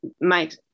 Mike